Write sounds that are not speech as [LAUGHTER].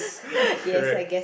[LAUGHS] correct